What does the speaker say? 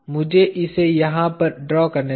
मुझे इसे यहाँ पर ड्रा करने दें